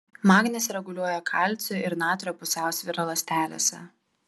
magnis reguliuoja kalcio ir natrio pusiausvyrą ląstelėse